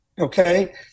Okay